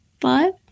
five